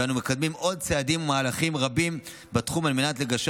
ואנו מקדמים עוד צעדים ומהלכים רבים בתחום על מנת לגשר